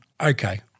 okay